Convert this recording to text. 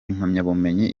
impamyabumenyi